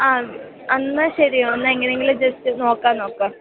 ആ എന്നാൽ ശരി ഒന്നെങ്ങനെയെങ്കിലും ജസ്റ്റ് നോക്കാൻ നോക്കാം